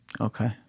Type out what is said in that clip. Okay